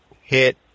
hit